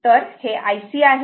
तर हे Ic आहे